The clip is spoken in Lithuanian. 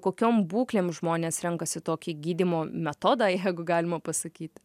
kokiom būklėm žmonės renkasi tokį gydymo metodą jeigu galima pasakyti